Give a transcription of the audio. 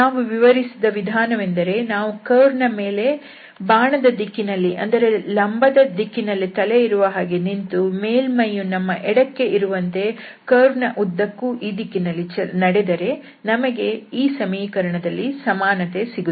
ನಾವು ವಿವರಿಸಿದ ವಿಧಾನವೆಂದರೆ ನಾವು ಕರ್ವ್ ನ ಮೇಲೆ ಬಾಣದ ದಿಕ್ಕಿನಲ್ಲಿ ಅಂದರೆ ಲಂಬದ ದಿಕ್ಕಿನಲ್ಲಿ ತಲೆ ಇರುವ ಹಾಗೆ ನಿಂತು ಮೇಲ್ಮೈಯು ನಮ್ಮ ಎಡಕ್ಕೆ ಇರುವಂತೆ ಕರ್ವ್ ನ ಉದ್ದಕ್ಕೂ ಈ ದಿಕ್ಕಿನಲ್ಲಿ ನಡೆದರೆ ನಮಗೆ ಈ ಸಮೀಕರಣದಲ್ಲಿ ಸಮಾನತೆ ಸಿಗುತ್ತದೆ